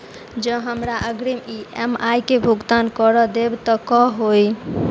जँ हमरा अग्रिम ई.एम.आई केँ भुगतान करऽ देब तऽ कऽ होइ?